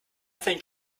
thing